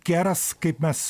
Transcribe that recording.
keras kaip mes